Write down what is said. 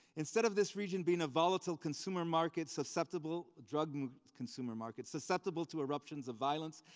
instead of this region being a volatile consumer market susceptible, drug and consumer market susceptible to eruptions of violence,